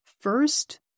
first